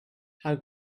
how